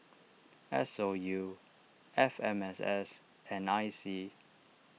S O U F M S S and I C